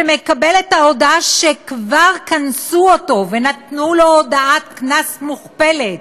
שמקבל את ההודעה כשכבר קנסו אותו ונתנו לו הודעת קנס מוכפלת,